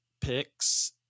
picks